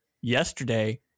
yesterday